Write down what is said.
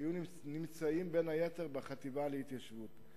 היו בין היתר בחטיבה להתיישבות.